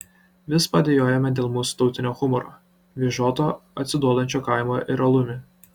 vis padejuojame dėl mūsų tautinio humoro vyžoto atsiduodančio kaimu ir alumi